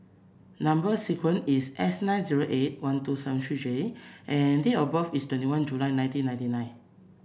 number sequence is S nine zero eight one two seven three J and date of birth is twenty one July nineteen ninety nine